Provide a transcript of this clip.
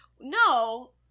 No